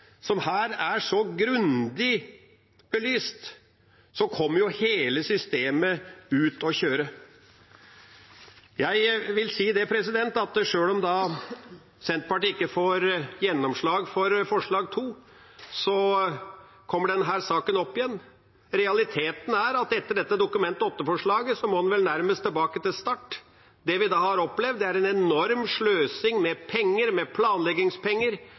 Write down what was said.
som her er så grundig belyst, kommer hele systemet ut å kjøre. Jeg vil si at sjøl om Senterpartiet ikke får gjennomslag for forslag nr. 2, kommer denne saken opp igjen. Realiteten er at etter behandlingen av dette Dokument 8-forslaget må en vel nærmest tilbake til start. Det vi har opplevd så langt, er en enorm sløsing med